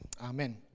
Amen